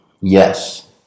Yes